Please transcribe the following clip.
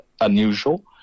unusual